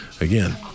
again